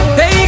Hey